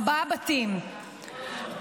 ארבעה בתים,